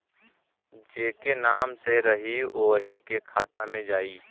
जेके नाम से रही वही के खाता मे जाई